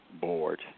board